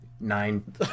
nine